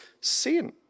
sin